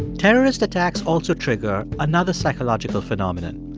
terrorist attacks also trigger another psychological phenomenon.